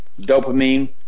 dopamine